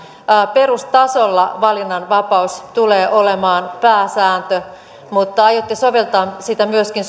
perustasolla valinnanvapaus tulee olemaan pääsääntö mutta aiotte soveltaa sitä myöskin